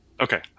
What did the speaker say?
Okay